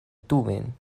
tumim